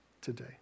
today